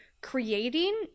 creating